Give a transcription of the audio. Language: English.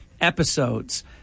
episodes